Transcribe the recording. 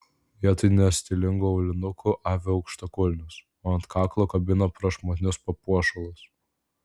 vietoj nestilingų aulinukų avi aukštakulnius o ant kaklo kabina prašmatnius papuošalus